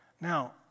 Now